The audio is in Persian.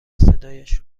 صدایش